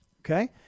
Okay